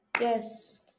yes